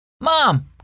Mom